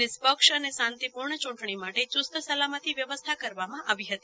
નિષ્પક્ષ અને શાંતિપૂર્ણ ચૂંટણી માટે ચુસ્ત સલામતી વ્યવસ્થા કરવામાં આવી હતી